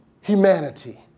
humanity